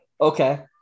Okay